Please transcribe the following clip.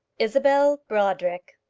isabel brodrick